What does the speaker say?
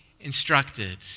instructed